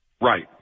Right